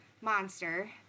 monster